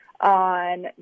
on